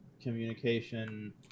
communication